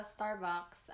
Starbucks